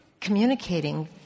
communicating